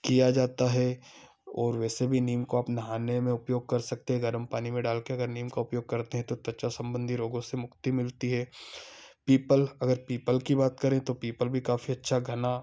किया जाता है और वैसे भी नीम को आप नहाने में उपयोग कर सकते गरम पानी में डाल के अगर नीम का उपयोग करते हैं तो त्वचा संबंधी रोगों से मुक्ति मिलती है पीपल अगर पीपल की बात करें तो पीपल भी काफी अच्छा घना